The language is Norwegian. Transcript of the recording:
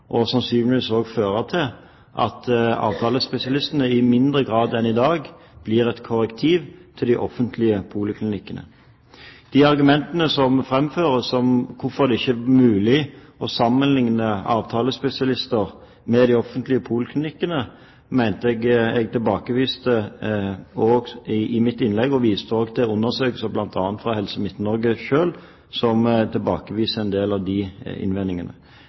vil sannsynligvis også føre til at avtalespesialistene i mindre grad enn i dag blir et korrektiv til de offentlige poliklinikkene. De argumentene som framføres, hvorfor det ikke er mulig å sammenlikne avtalespesialistene med de offentlige poliklinikkene, mener jeg at jeg tilbakeviste i mitt innlegg, og jeg viste også til undersøkelser, bl.a. fra Helse Midt-Norge selv, som tilbakeviser en del av disse innvendingene.